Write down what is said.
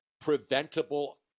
preventable